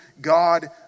God